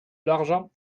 l’argent